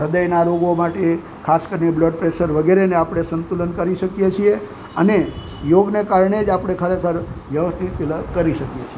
હૃદયના રોગો માટે ખાસ કરીને બ્લડ પ્રેશર વગેરેને આપણે સંતુલન કરી શકીએ છીએ અને યોગને કારણે જ આપણે ખરેખર વ્યવસ્થિત કરી શકીએ છીએ